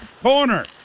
corner